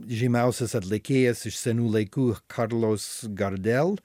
žymiausias atlikėjas iš senų laikų karlos gardel